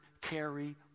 carry